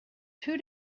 two